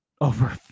over